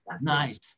nice